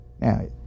Now